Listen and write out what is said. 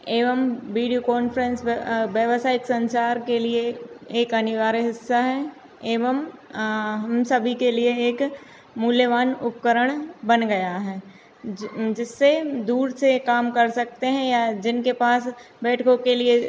एवं video conference व व्यवसायिक संचार के लिए एक अनिवार्य हिस्सा है एवं हम सभी के लिए एक मूल्यवान उपकरण बन गया है जिससे दूर से काम कर सकते हैं या जिनके पास बैठकों के लिए